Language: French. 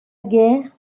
guerre